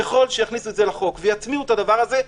ככל שיכניסו את זה לחוק ויטמיעו את הדבר הזה,